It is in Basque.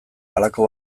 halako